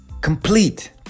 complete